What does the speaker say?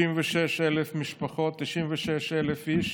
96,000 משפחות, 96,000 איש